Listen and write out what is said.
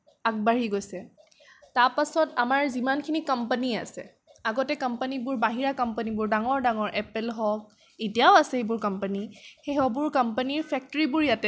আগবাঢ়ি গৈছে তাৰ পাছত আমাৰ যিমানখিনি কম্পানি আছে আগতে কম্পানিবোৰ বাহিৰা কম্পিনিবোৰ ডাঙৰ ডাঙৰ এপ'ল হওক এতিয়াও আছে এইবোৰ কম্পানি সেইবোৰ কম্পানিৰ ফেক্টৰিবোৰ ইয়াতে